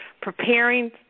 preparing